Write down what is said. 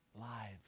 lives